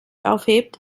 aufhebt